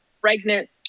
pregnant